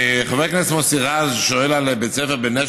חבר הכנסת מוסי רז שואל על בית ספר בנשר